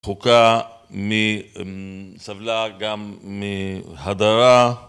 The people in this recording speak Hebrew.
חוקה סבלה גם מהדרה